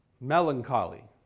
melancholy